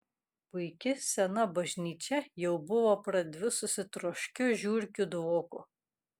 puiki sena bažnyčia jau buvo pradvisusi troškiu žiurkių dvoku